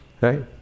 right